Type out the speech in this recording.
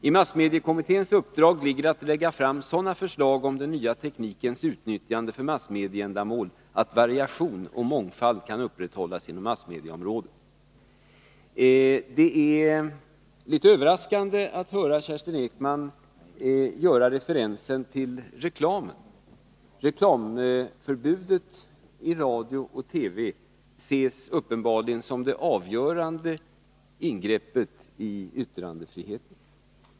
I massmediekommitténs uppdrag ligger att lägga fram sådana förslag om den nya teknikens utnyttjande för massmedieändamål, att variation och mångfald kan upprätthållas inom massmedieområdet. Det är litet överraskande att höra Kerstin Ekman referera till reklamen. Förbudet mot reklam i radio och TV ses uppenbarligen som det avgörande ingreppet i yttrandefriheten.